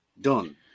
done